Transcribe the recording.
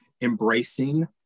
embracing